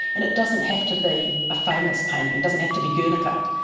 and it doesn't have to be a famous painting, it doesn't have to be guernica,